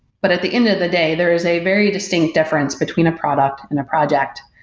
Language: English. but at the end of the day, there is a very distinct difference between a product and a project,